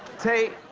tate,